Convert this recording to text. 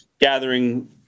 gathering